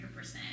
100%